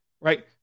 right